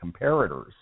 comparators